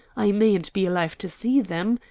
i mayn't be alive to see them,